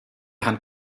herrn